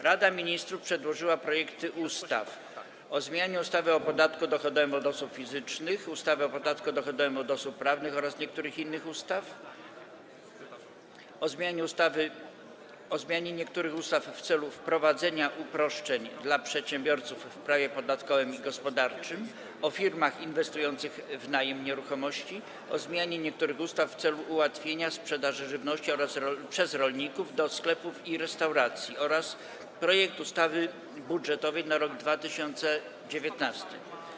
Rada Ministrów przedłożyła projekty ustaw: - o zmianie ustawy o podatku dochodowym od osób fizycznych, ustawy o podatku dochodowym od osób prawnych oraz niektórych innych ustaw, - o zmianie niektórych ustaw w celu wprowadzenia uproszczeń dla przedsiębiorców w prawie podatkowym i gospodarczym, - o firmach inwestujących w najem nieruchomości, - o zmianie niektórych ustaw w celu ułatwienia sprzedaży żywności przez rolników do sklepów i restauracji, - projekt ustawy budżetowej na rok 2019.